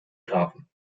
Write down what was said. graphen